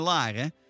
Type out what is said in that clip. Laren